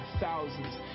thousands